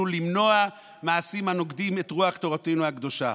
למנוע מעשים הנוגדים את רוח תורתנו הקדושה.